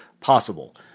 possible